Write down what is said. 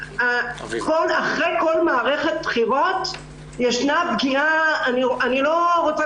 אחרי כל מערכת בחירות יש פגיעה אני לא רוצה